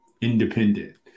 independent